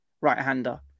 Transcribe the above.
right-hander